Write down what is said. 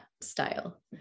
style